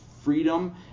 Freedom